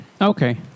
Okay